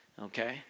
Okay